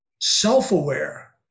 self-aware